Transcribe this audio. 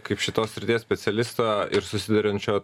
kaip šitos srities specialisto ir susiduriančio